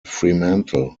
fremantle